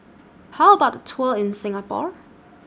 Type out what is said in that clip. How about A Tour in Singapore